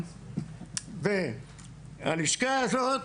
והלשכה הזאת